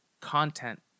content